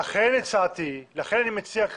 ולכן הצעתי, לכן אני עדיין מציע,